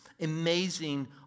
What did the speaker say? amazing